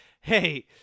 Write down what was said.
hey